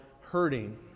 hurting